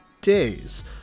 days